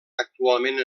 actualment